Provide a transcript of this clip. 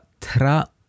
tra